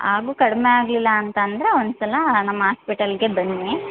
ಹಾಗೂ ಕಡಿಮೆ ಆಗಲಿಲ್ಲ ಅಂತ ಅಂದರೆ ಒಂದು ಸಲ ನಮ್ಮ ಆಸ್ಪಿಟಲ್ಗೆ ಬನ್ನಿ